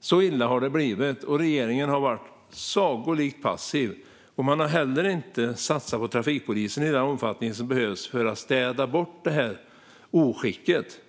Så illa har det blivit, och regeringen har varit sagolikt passiv. Regeringen har heller inte satsat på trafikpolisen i den omfattning som behövs för att städa bort det här oskicket.